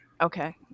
Okay